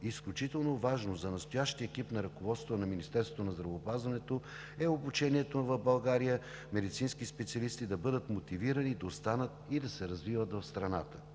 изключително важно за настоящия екип на ръководството на Министерството на здравеопазването е обучените медицински специалисти в България да бъдат мотивирани да останат и да се развиват в страната.